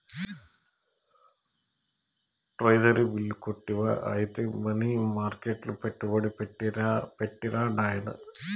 treasury bill కొంటివా ఐతే money మర్కెట్ల పెట్టుబడి పెట్టిరా నాయనా